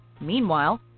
Meanwhile